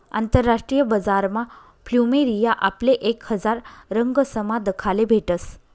आंतरराष्ट्रीय बजारमा फ्लुमेरिया आपले एक हजार रंगसमा दखाले भेटस